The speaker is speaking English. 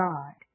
God